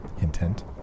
Intent